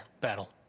battle